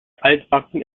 altbacken